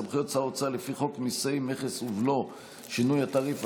סמכויות שר האוצר לפי חוק מיסי מכס ובלו (שינוי התעריף),